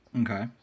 Okay